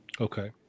okay